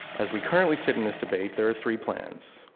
as we currently sit in this debate, there are three plans.